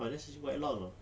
ah that is quite long [tau]